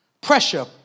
Pressure